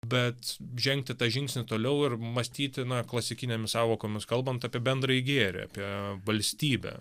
bet žengti tą žingsnį toliau ir mąstyti na klasikinėmis sąvokomis kalbant apie bendrąjį gėrį apie valstybę